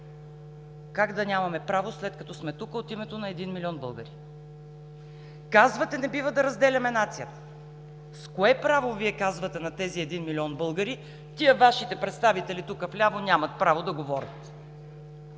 Как да нямаме право, след като сме тук от името на един милион българи?! Казвате: „Не бива да разделяме нацията“. С кое право Вие казвате на тези един милион българи: „Тия, Вашите представители тук вляво, нямат право да говорят?“